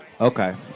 Okay